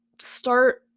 start